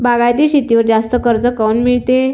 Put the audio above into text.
बागायती शेतीवर जास्त कर्ज काऊन मिळते?